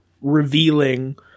revealing